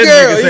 girl